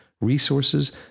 Resources